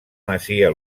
masia